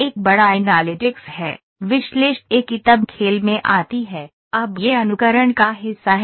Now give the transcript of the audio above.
एक बड़ा एनालिटिक्स है विश्लेषिकी तब खेल में आती है अब यह अनुकरण का हिस्सा है